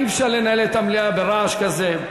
אי-אפשר לנהל את המליאה ברעש כזה,